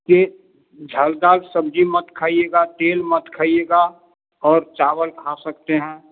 के झालदार सब्ज़ी मत खाइएगा तेल मत खाइएगा और चावल खा सकते हैं